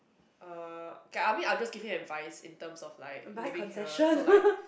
uh K I mean I'll just give him advice in terms of like living here so like